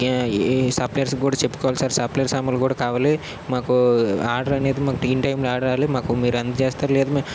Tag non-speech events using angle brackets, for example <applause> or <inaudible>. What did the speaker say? <unintelligible> suppliers కూడా చెప్పుకోవాలి sir supplier సామాన్లు కూడా కావాలి మాకు ఆర్డర్ అనేది మాకు టి ఇన్ టైం ఆడాలి మాకు మీరు అందచేస్తరో లేదో మీ